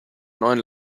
neuen